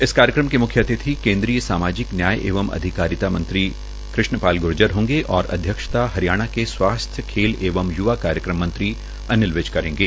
इस कार्यक्रम के मुख्य अतिथि केन्द्रीय सामाजिक न्याय एवं अधिकारिता मंत्री कृष्ण पाल गूर्जर होंगे और अध्यक्षता हरियाणा के स्वास्थ्य खेल एवं य्वा कार्यक्रम मंत्री अनिल विज करेंगे